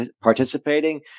participating